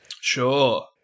Sure